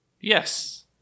Yes